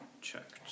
checked